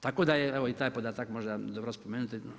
Tako da je i taj podatak možda dobro spomenuti.